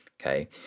okay